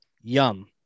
yum